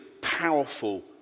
powerful